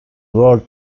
world